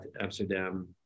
Amsterdam